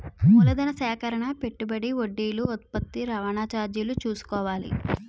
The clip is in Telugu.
మూలధన సేకరణ పెట్టుబడి వడ్డీలు ఉత్పత్తి రవాణా చార్జీలు చూసుకోవాలి